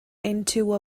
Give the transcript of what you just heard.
into